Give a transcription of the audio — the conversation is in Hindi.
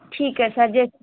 ठीक है सर जे